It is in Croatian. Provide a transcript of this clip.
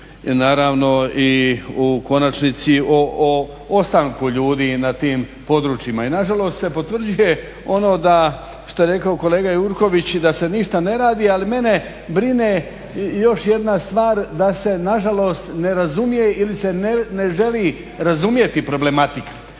i naravno i u konačnici o ostanku ljudi na tim područjima. I nažalost se potvrđuje ono da, što je rekao kolega Jurković, da se ništa ne radi, ali mene brine još jedna stvar da se nažalost ne razumije ili se ne želi razumjeti problematika.